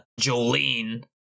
Jolene